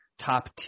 top